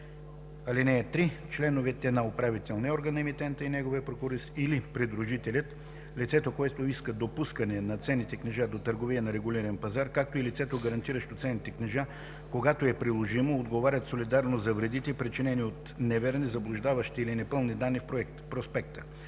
им. (3) Членовете на управителния орган на емитента и неговият прокурист, или предложителят, лицето, което иска допускане на ценните книжа до търговия на регулиран пазар, както и лицето, гарантиращо ценните книжа, когато е приложимо, отговарят солидарно за вредите, причинени от неверни, заблуждаващи или непълни данни в проспекта.